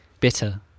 Bitter